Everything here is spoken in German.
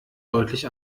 deutlich